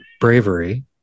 bravery